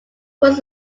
was